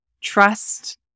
trust